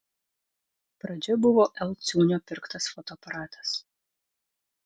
pradžia buvo l ciūnio pirktas fotoaparatas